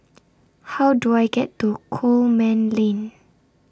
How Do I get to Coleman Lane